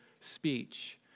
speech